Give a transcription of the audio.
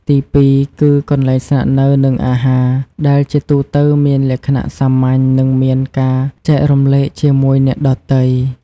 ទីពីរគឺ កន្លែងស្នាក់នៅ និងអាហារ ដែលជាទូទៅមានលក្ខណៈសាមញ្ញនិងមានការចែករំលែកជាមួយអ្នកដទៃ។